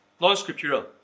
non-scriptural